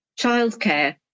childcare